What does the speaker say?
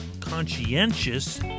conscientious